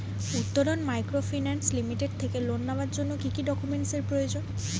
Uttaran microfinance limited থেকে loan নেওয়ার জন্য কি কি ডকুমেন্টস এর প্রয়োজন?